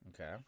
Okay